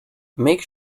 make